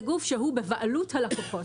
זה גוף שהוא בבעלות הלקוחות.